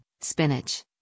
spinach